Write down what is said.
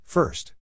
First